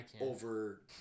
over